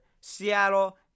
Seattle